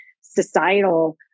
societal